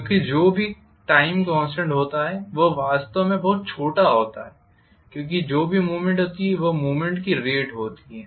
क्योंकि जो भी टाइम कॉन्स्टेंट होता है वह समय वास्तव में बहुत छोटा होता है क्योंकि जो भी मूवमेंट होती है वह मूवमेंट की रेट होती है